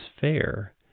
fair